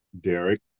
Derek